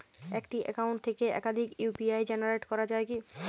একটি অ্যাকাউন্ট থেকে একাধিক ইউ.পি.আই জেনারেট করা যায় কি?